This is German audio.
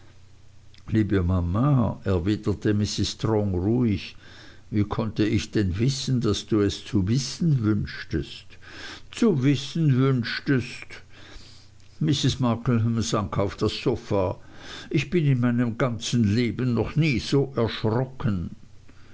liebe mama erwiderte mrs strong ruhig wie konnte ich denn wissen daß du es zu wissen wünschtest zu wissen wünschtest mrs markleham sank auf das sofa ich bin in meinem ganzen leben noch nie so erschrocken